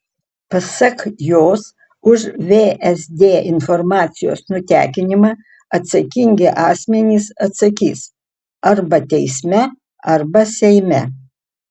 pasak jos už vsd informacijos nutekinimą atsakingi asmenys atsakys arba teisme arba seime